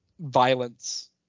violence